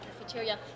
cafeteria